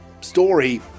story